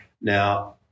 Now